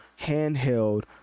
handheld